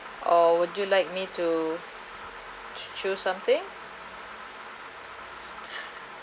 or would you like me to ch~ choose something